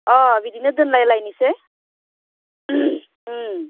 अ बिदिनो दोनलायलायनोसै